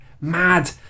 mad